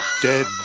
Dead